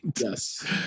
Yes